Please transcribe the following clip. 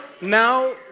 now